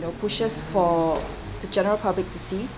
you know pushes for the general public to see